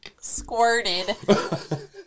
squirted